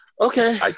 Okay